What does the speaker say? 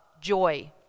joy